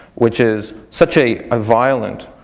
which is such a ah violent